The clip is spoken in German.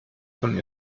von